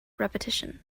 repetition